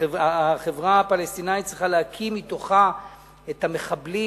החברה הפלסטינית צריכה להקיא מתוכה את המחבלים,